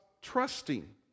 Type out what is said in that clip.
trusting